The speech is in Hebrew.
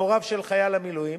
להוריו של חייל המילואים,